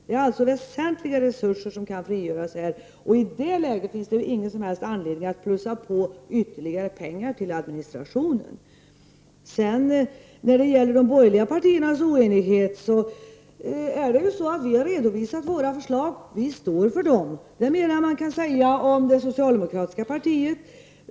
Det är alltså väsentliga resurser som kan frigöras, och i det läget finns det ingen som helst anledning att lägga på ytterligare pengar till administrationen. När det gäller de borgerliga partiernas oenighet vill jag säga att vi har redovisat våra förslag, och vi står för dem. Det är mer än vad man kan säga om det socialdemokratiska partiet.